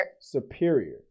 Superior